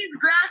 grass